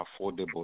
affordable